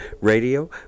Radio